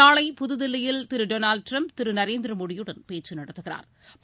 நாளை புதுதில்லியில் Thiru Donald Trump Thiru Narendra மோடியுடன் பேச்சு நடத்துகிறா்